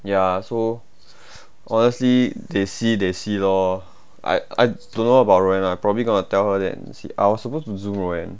ya so honestly they see they see lor I I don't know about roanne lah probably gonna tell her then see I was supposed to Zoom roanne